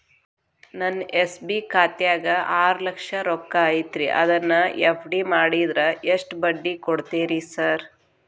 ನನ್ನ ಎಸ್.ಬಿ ಖಾತ್ಯಾಗ ಆರು ಲಕ್ಷ ರೊಕ್ಕ ಐತ್ರಿ ಅದನ್ನ ಎಫ್.ಡಿ ಮಾಡಿದ್ರ ಎಷ್ಟ ಬಡ್ಡಿ ಕೊಡ್ತೇರಿ ಸರ್?